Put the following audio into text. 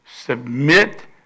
Submit